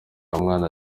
mwana